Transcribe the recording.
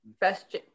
Best